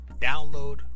Download